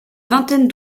vingtaine